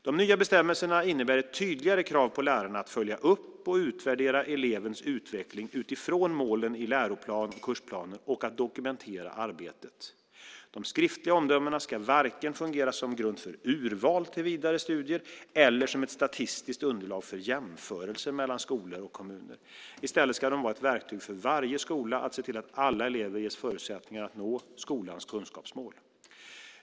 De nya bestämmelserna innebär ett tydligare krav på lärarna att följa upp och utvärdera elevens utveckling utifrån målen i läroplan och kursplaner och att dokumentera arbetet. De skriftliga omdömena ska varken fungera som grund för urval till vidare studier eller som ett statistiskt underlag för jämförelser mellan skolor och kommuner. I stället ska de vara ett verktyg för varje skola att se till att alla elever ges förutsättningar att nå skolans kunskapsmål.